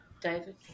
David